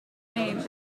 name